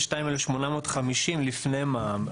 ל-32,850 ש"ח לפני מע"מ,